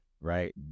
right